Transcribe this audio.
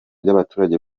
by’abaturage